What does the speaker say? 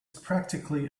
practically